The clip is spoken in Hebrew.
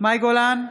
מאי גולן,